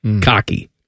Cocky